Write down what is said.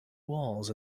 walls